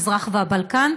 מזרח והבלקן,